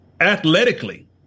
athletically